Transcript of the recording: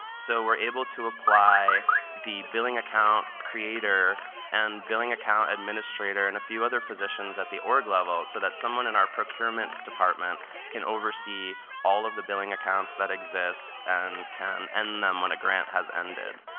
so we're able to apply the billing account creator and billing account administrator and a few other positions at the org level, so that someone in our procurement department can oversee all of the billing accounts that exist and can end them when a grant has ended.